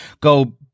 go